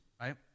right